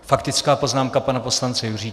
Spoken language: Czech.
Faktická poznámka pana poslance Juříčka.